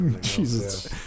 Jesus